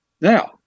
Now